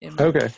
okay